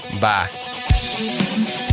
Bye